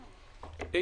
אפור.